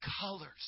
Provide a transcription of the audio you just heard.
colors